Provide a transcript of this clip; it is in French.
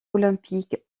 olympique